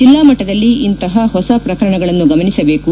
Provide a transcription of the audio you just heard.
ಜಿಲ್ಲಾ ಮಟ್ಟದಲ್ಲಿ ಇಂತಹ ಹೊಸ ಪ್ರಕರಣಗಳನ್ನು ಗಮನಿಸಬೇಕು